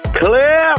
Clip